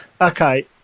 okay